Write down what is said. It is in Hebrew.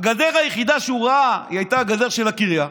הגדר היחידה שהוא ראה הייתה הגדר של הקריה,